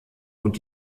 und